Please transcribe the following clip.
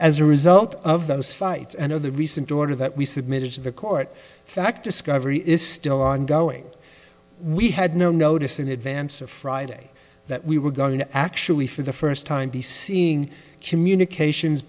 as a result of those fights and of the recent order that we submitted to the court that discovery is still ongoing we had no notice in advance of friday that we were going to actually for the first time be seeing communications